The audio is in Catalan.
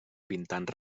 pintant